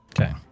Okay